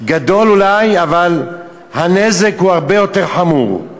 גדול אולי, אבל הנזק הרבה יותר חמור.